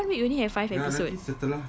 one week only have five episodes